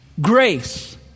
grace